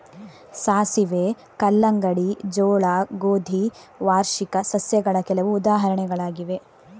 ಸಾಸಿವೆ, ಕಲ್ಲಂಗಡಿ, ಜೋಳ, ಗೋಧಿ ವಾರ್ಷಿಕ ಸಸ್ಯಗಳ ಕೆಲವು ಉದಾಹರಣೆಗಳಾಗಿವೆ